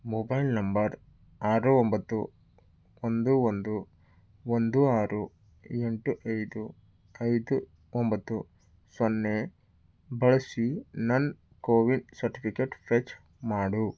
mobile number ಆರು ಒಂಬತ್ತುಒಂದು ಒಂದು ಒಂದು ಆರು ಎಂಟು ಐದು ಐದು ಒಂಬತ್ತು ಸೊನ್ನೆ ಬಳಸಿ ನನ್ನ ಕೋವಿನ್ ಸರ್ಟಿಫಿಕೇಟ್ ಫೆಚ್ ಮಾಡು